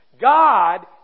God